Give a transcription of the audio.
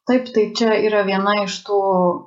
taip tai čia yra viena iš tų